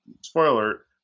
spoiler